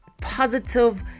positive